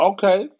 Okay